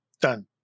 Done